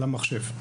זה הסיפור